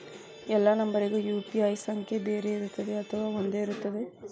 ಎಲ್ಲಾ ನಂಬರಿಗೂ ಯು.ಪಿ.ಐ ಸಂಖ್ಯೆ ಬೇರೆ ಇರುತ್ತದೆ ಅಥವಾ ಒಂದೇ ಇರುತ್ತದೆ?